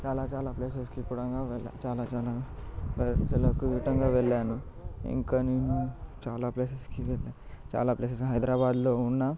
చాలా చాలా ప్లేసెస్కి కూడాను చాలా చాలా వెళ్ళాను ఇంకా నేను చాలా ప్లేసెస్కి చాలా ప్లేసెస్ హైదరాబాద్లో ఉన్న